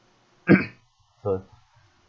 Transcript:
so